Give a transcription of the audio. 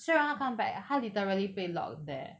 虽然他 come back 他 literally 被 lock there